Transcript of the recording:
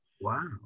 wow